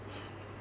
!haiya!